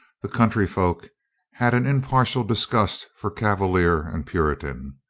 the country folk had an im partial disgust for cavalier and puritan.